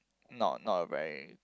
not not a very